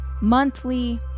monthly